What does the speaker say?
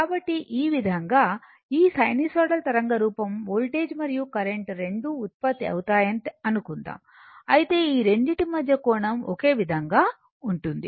కాబట్టి ఈ విధంగా ఈ సైనూసోయిడల్ తరంగ రూపం వోల్టేజ్ మరియు కరెంట్ రెండూ ఉత్పత్తి అవుతాయని అనుకుందాం అయితే ఈ రెండిటి మధ్య కోణం ఒకే విధంగా ఉంటుంది